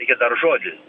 reikia dar žodžius